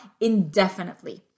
indefinitely